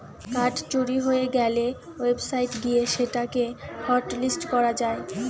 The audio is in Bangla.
কার্ড চুরি হয়ে গ্যালে ওয়েবসাইট গিয়ে সেটা কে হটলিস্ট করা যায়